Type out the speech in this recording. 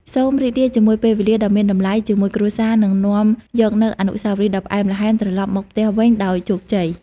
សូមរីករាយជាមួយពេលវេលាដ៏មានតម្លៃជាមួយគ្រួសារ និងនាំយកនូវអនុស្សាវរីយ៍ដ៏ផ្អែមល្ហែមត្រលប់មកផ្ទះវិញដោយជោគជ័យ។